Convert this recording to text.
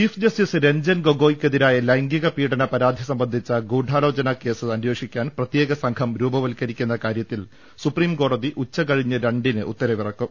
chief justice Ranjan ഗൊഗോയിക്കെതിരായ ലൈംഗിക പീഡന പരാതി സംബന്ധിച്ച ഗൂഢാലോചന കേസ് അന്വേഷിക്കാൻ പ്രത്യേക സംഘം രൂപവത്കരിക്കുന്ന കാര്യത്തിൽ സുപ്രീംകോടതി ഉച്ചകഴിഞ്ഞ് രണ്ടിന് ഉത്തരവിറക്കും